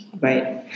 Right